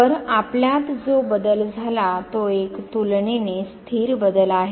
तर हा आपल्यात जो बदल झाला तो एक तुलनेने स्थिर बदल आहे